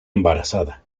embarazada